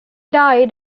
died